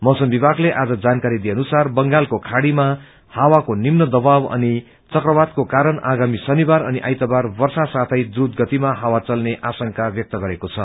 मौसम विभागले आज जानकारी दिइए अनुसार बंगालको खाज़ीमा हावाको निम्न दवाब अनि चक्रवातको कारण आगामी शनिवार आइतवार वर्षा साथै द्रूत गतिमा हावा चल्ने आशंका व्यक्त गरेको छ